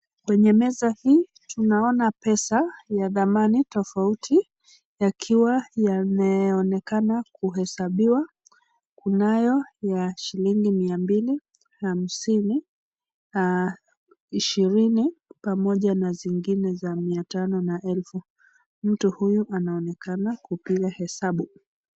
Kwenye meza hii, tunaona pesa ya dhamani tofauti yakiwa yameonekana kuhesabiwa. Kunayo ya shilingi mia mbili, hamsini na ishirini pamoja na zingine za mia tano na elfu. Mtu huyu anaonekana kupiga hesabu.